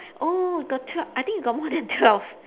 oh the twelve I think got more than twelve